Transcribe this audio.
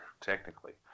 technically